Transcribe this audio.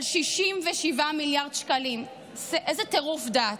של 67 מיליארד שקלים, איזה טירוף דעת,